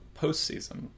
postseason